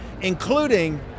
including